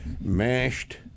mashed